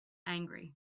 angry